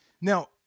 Now